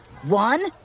One